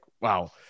wow